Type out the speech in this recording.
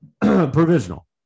Provisional